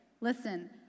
listen